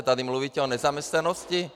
Tady mluvíte o nezaměstnanosti?